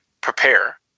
prepare